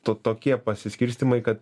to tokie pasiskirstymai kad